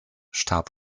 starb